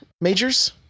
majors